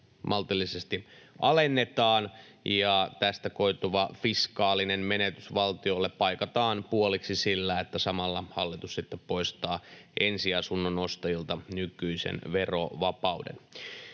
maltillisesti alennetaan ja tästä koituva fiskaalinen menetys valtiolle paikataan puoliksi sillä, että samalla hallitus sitten poistaa ensiasunnon ostajilta nykyisen verovapauden.